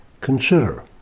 Consider